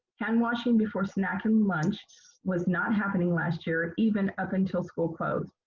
hand washing before snack and lunch was not happening last year even up until school closed.